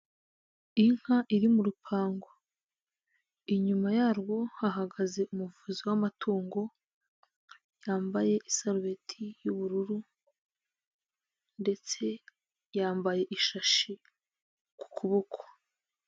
Inka iri mu rupangu, inyuma yarwo hahagaze umuvuzi w'amatungo, yambaye isarubeti y'ubururu ndetse yambaye ishashi ku kuboko.